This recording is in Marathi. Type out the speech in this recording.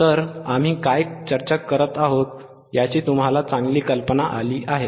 तर आम्ही काय चर्चा करत आहोत याची तुम्हाला चांगली कल्पना आली आहे